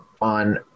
on